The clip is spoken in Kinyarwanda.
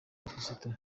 abakirisitu